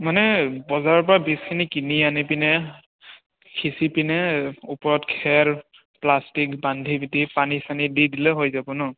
মানে বজাৰৰপৰা বীজখিনি কিনি আনি পিনে সিঁচি পিনে ওপৰত খেৰ প্লাষ্টিক বান্ধি দি পানী চানী দি দিলেই হৈ যাব ন